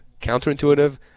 counterintuitive